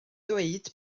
dweud